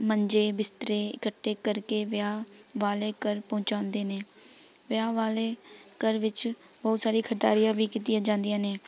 ਮੰਜੇ ਬਿਸਤਰੇ ਇਕੱਠੇ ਕਰਕੇ ਵਿਆਹ ਵਾਲੇ ਘਰ ਪਹੁੰਚਾਉਂਦੇ ਨੇ ਵਿਆਹ ਵਾਲੇ ਘਰ ਵਿੱਚ ਬਹੁਤ ਸਾਰੀ ਖ਼ਰੀਦਾਰੀਆਂ ਵੀ ਕੀਤੀਆਂ ਜਾਂਦੀਆ ਨੇ